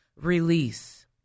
release